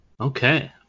Okay